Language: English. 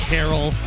Carol